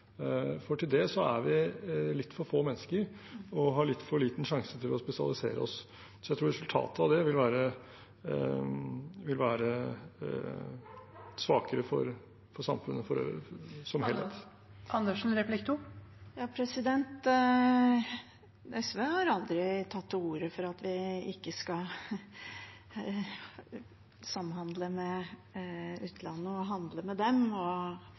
for til det er vi litt for få mennesker og har litt for liten sjanse til å spesialisere oss, så jeg tror resultatet av det vil være svakere for samfunnet for øvrig, som helhet. SV har aldri tatt til orde for at vi ikke skal samhandle med utlandet, handle med dem og samarbeide om ekspertise, men dette handler